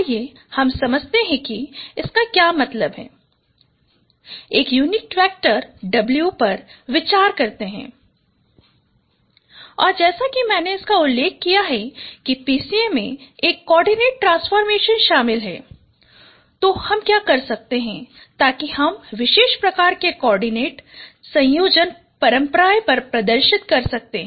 आइए हम समझते हैं कि इसका क्या मतलब है एक यूनिट वेक्टर W पर विचार करते हैं और जैसा कि मैंने इसका उल्लेख किया है कि PCA में एक कोआर्डिनेट ट्रांसफॉर्मेशन शामिल है तू हम क्या कर सकते हैं ताकि हम विशेष प्रकार के कोआर्डिनेट संयोजन परंपराएं प्रदर्शित कर सकते हैं